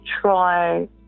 try –